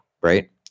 right